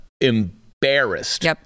embarrassed